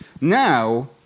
Now